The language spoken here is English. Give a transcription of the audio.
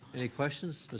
any questions